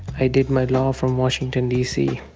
i did my law from washington, d c.